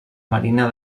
marina